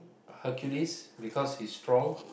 Hercules because he's strong